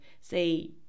say